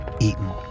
eaten